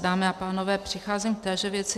Dámy a pánové, přicházím v téže věci.